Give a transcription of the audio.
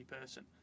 person